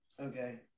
Okay